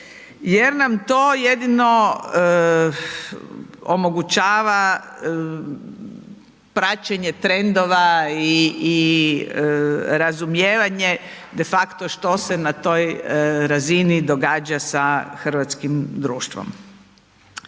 jer nam to jedino omogućava praćenje trendova i, i razumijevanje defakto što se na toj razini događa sa hrvatskim društvom.